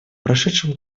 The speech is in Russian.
прошедшем